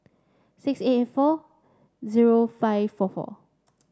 six eight eight four zero five four four